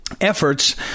efforts